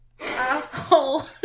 asshole